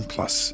Plus